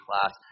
class